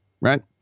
Right